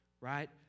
Right